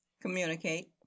Communicate